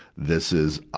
this is,